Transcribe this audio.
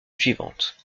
suivantes